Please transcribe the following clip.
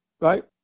right